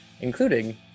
including